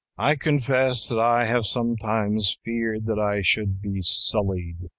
i confess that i have sometimes feared that i should be sullied,